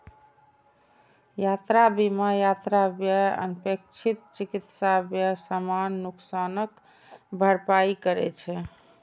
यात्रा बीमा यात्रा व्यय, अनपेक्षित चिकित्सा व्यय, सामान नुकसानक भरपाई करै छै